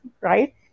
right